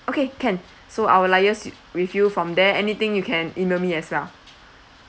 okay can so I will liaise with you from there anything you can email me as well